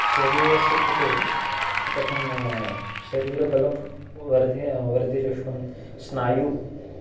शरीरस्य कृते कथं शरीरबलं वर्धि वर्धिरिष्टुं स्नायुः